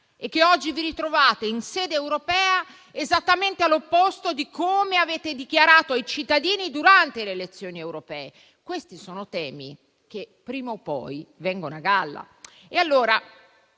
e che oggi vi ritrovate in sede europea esattamente all'opposto di come avete dichiarato ai cittadini durante le elezioni europee. Questi sono temi che prima o poi vengono a galla.